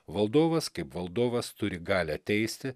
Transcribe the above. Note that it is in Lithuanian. valdovas kaip valdovas turi galią teisti